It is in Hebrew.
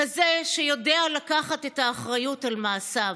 כזה שיודע לקחת את האחריות על מעשיו.